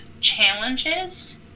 challenges